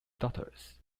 daughters